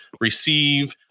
receive